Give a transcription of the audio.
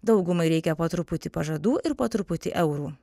daugumai reikia po truputį pažadų ir po truputį eurų